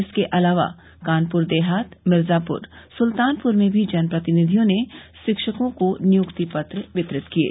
इसके अलावा कानपुर देहात मिर्जापुर सुल्तानपुर में भी जनप्रतिनिधियों ने शिक्षकों को नियुक्ति पत्र वितरित किये